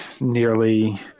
nearly